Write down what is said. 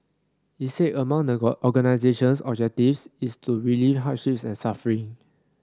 he said among the organisation's objectives is to relieve hardships and suffering